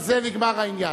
בזה נגמר העניין.